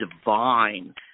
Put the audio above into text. divine